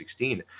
2016